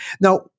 Now